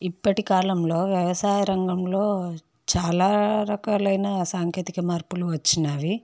ఇప్పటి కాలంలో వ్యవసాయ రంగంలో చాలా రకాలైన సాంకేతిక మార్పులు వచ్చినవి